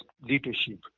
leadership